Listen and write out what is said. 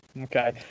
Okay